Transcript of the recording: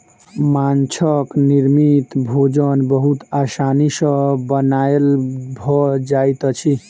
माँछक निर्मित भोजन बहुत आसानी सॅ बनायल भ जाइत अछि